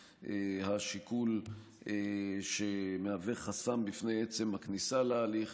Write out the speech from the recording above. השיקול שמהווה חסם בפני עצם הכניסה להליך.